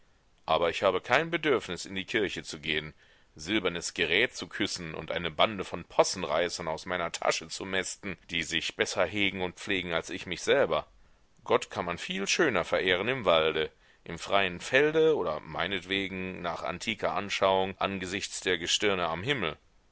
aber ich habe kein bedürfnis in die kirche zu gehen silbernes gerät zu küssen und eine bande von possenreißern aus meiner tasche zu mästen die sich besser hegen und pflegen als ich mich selber gott kann man viel schöner verehren im walde im freien felde oder meinetwegen nach antiker anschauung angesichts der gestirne am himmel